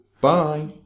bye